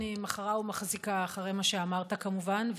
אני מחרה-מחזיקה אחרי מה שאמרת, כמובן.